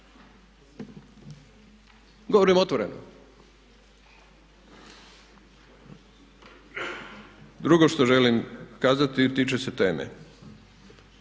Govorim otvoreno! Drugo što želim kazati tiče se teme.